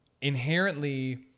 Inherently